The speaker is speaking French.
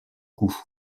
coût